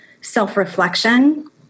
self-reflection